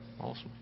Awesome